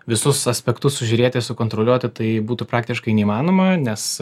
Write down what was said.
visus aspektus sužiūrėti sukontroliuoti tai būtų praktiškai neįmanoma nes